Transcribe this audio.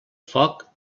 foc